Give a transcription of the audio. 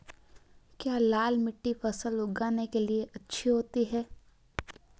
क्या लाल मिट्टी फसल उगाने के लिए अच्छी होती है?